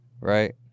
right